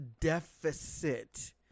deficit